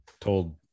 told